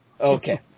Okay